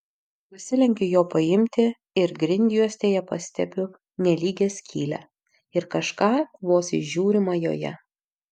pasilenkiu jo paimti ir grindjuostėje pastebiu nelygią skylę ir kažką vos įžiūrima joje